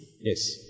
Yes